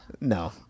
No